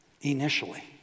initially